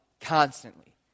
constantly